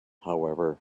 however